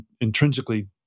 intrinsically